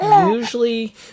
usually